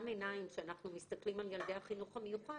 עיניים שאנחנו מסתכלים על ילדי החינוך המיוחד,